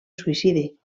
suïcidi